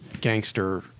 gangster